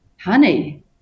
honey